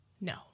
No